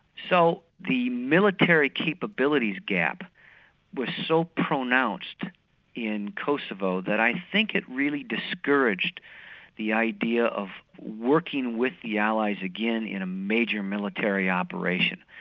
so the military capabilities gap was so pronounced in kosovo that i think it really discouraged the idea of working with the allies again in a major military operation.